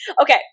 Okay